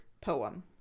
Poem